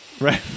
Right